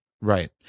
Right